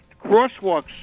crosswalks